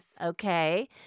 Okay